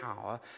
power